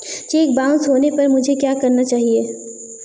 Check bounce होने पर मुझे क्या करना चाहिए?